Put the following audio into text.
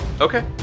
Okay